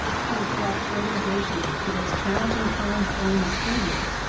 she has brought organization to those challenging times during the school year,